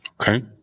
Okay